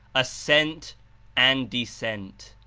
ascent and descent.